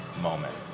moment